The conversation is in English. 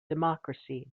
democracy